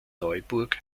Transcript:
neuburg